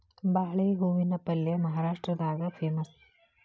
ಬಾಳೆ ಹೂವಿನ ಪಲ್ಯೆ ಮಹಾರಾಷ್ಟ್ರದಾಗ ಪೇಮಸ್